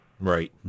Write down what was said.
Right